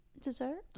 dessert